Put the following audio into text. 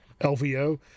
lvo